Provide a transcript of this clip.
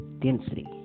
density